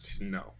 No